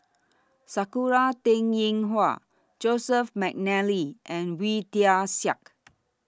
Sakura Teng Ying Hua Joseph Mcnally and Wee Tian Siak